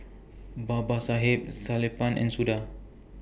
Babasaheb Sellapan and Suda